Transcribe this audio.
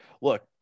Look